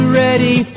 ready